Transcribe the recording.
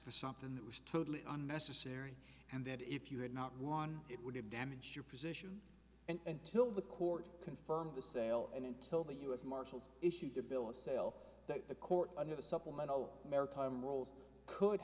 for something that was totally unnecessary and that if you had not won it would have damaged your position and till the court confirmed the sale and until the u s marshals issued a bill of sale that the court under the supplemental maritime rolls could